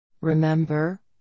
Remember